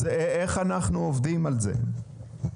אז איך אנחנו עובדים על זה?